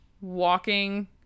walking